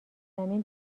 زمین